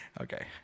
Okay